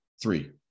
three